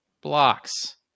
Blocks